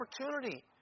opportunity